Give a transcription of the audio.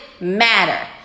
matter